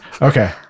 Okay